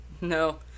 No